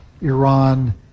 Iran